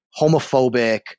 homophobic